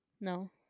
no